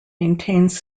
maintains